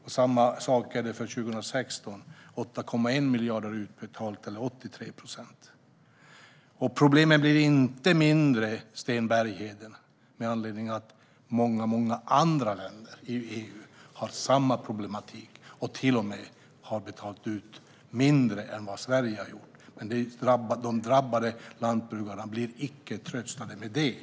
Samma sak är det för 2016. 8,1 miljarder är utbetalt eller 83 procent. Och problemen blir inte mindre, Sten Bergheden, av att många andra länder i EU har samma problematik och till och med har betalat ut mindre än vad Sverige har gjort. De drabbade lantbrukarna blir inte tröstade av det.